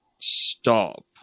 stop